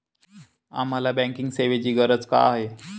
आम्हाला बँकिंग सेवेची गरज का आहे?